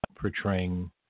portraying